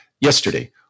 yesterday